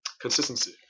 consistency